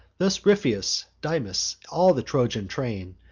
thus ripheus, dymas, all the trojan train,